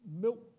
milk